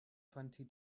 twenty